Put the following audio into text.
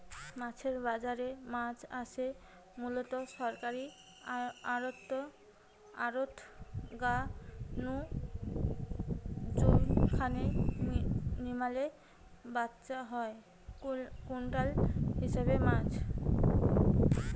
মাছের বাজারে মাছ আসে মুলত সরকারী আড়ত গা নু জউখানে নিলামে ব্যাচা হয় কুইন্টাল হিসাবে মাছ